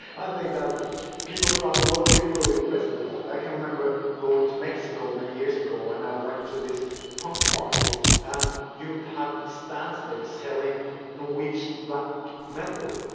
i think that people throughout the world, they were impressed with that. i can remember going to mexico many years ago, and i went to this punk market and you would have stands there selling norwegian black metal,